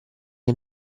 che